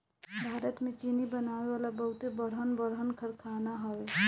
भारत में चीनी बनावे वाला बहुते बड़हन बड़हन कारखाना हवे